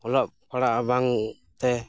ᱚᱞᱚᱜ ᱯᱟᱲᱦᱟᱜ ᱵᱟᱝ ᱛᱮ